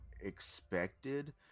expected